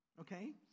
Okay